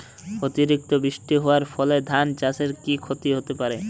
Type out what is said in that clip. অতিরিক্ত বৃষ্টি হওয়ার ফলে ধান চাষে কি ক্ষতি হতে পারে?